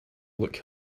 look